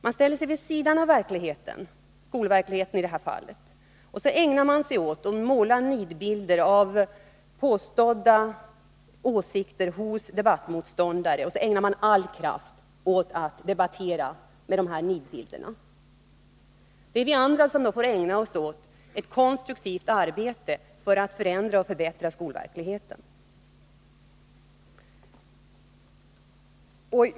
Man ställer sig vid sidan av verkligheten — skolverkligheten i detta fall — och så ägnar man sig åt att måla nidbilder av påstådda åsikter hos debattmotståndare. Man ägnar sedan all kraft åt att debattera med dessa nidbilder. Det är vi andra som får ägna oss åt ett konstruktivt arbete för att förändra och förbättra skolverkligheten.